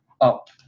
up